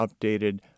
updated